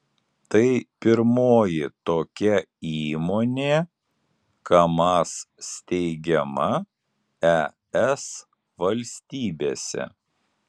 tai pirmoji tokia įmonė kamaz steigiama es valstybėse